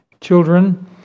children